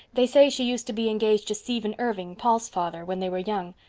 they say she used to be engaged to stephan irving. paul's father. when they were young.